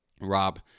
Rob